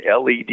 LED